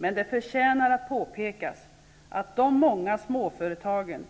Men det förtjänar att påpekas att de många småföretagen